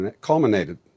culminated